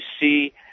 see